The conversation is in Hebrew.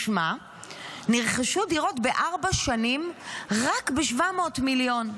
משמע נרכשו דירות בארבע שנים רק ב-700 מיליון.